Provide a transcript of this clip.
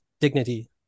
dignity